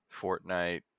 Fortnite